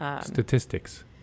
statistics